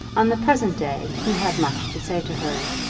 on the present day he had much to say to her,